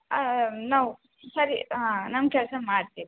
ಹಾಂ ನಾವು ಸರಿ ಹಾಂ ನಮ್ಮ ಕೆಲಸ ಮಾಡ್ತೀವಿ